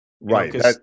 Right